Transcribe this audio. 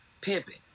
pimping